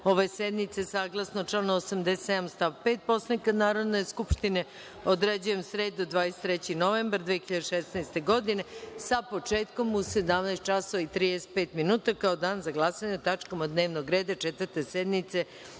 ove sednice, saglasno članu 87. stav 5. Poslovnika Narodne skupštine određujem sredu, 23. novembar 2016. godine sa početkom u 17,35 minuta kao dan za glasanje o tačkama dnevnog reda Četvrte sednice